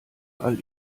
all